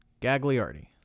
Gagliardi